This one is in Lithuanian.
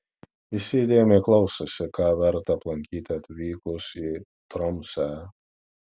visi įdėmiai klausėsi ką verta aplankyti atvykus į tromsę